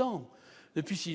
ans